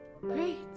Great